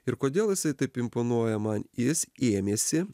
ir kodėl jisai taip imponuoja man jis ėmėsi